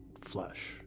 flesh